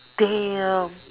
damn